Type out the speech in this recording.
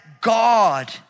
God